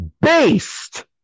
based